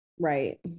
Right